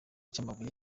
by’amabuye